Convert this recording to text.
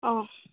অঁ